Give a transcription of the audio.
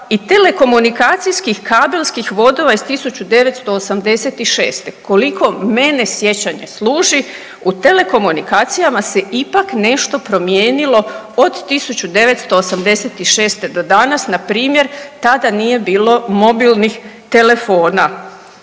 i telekomunikacijskih kabelskih vodova iz 1986. Koliko mene sjećanje služi u telekomunikacijama se ipak nešto promijenilo od 1986. do dana. Npr. tada nije bilo mobilnih telefona.